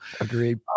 agreed